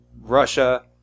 Russia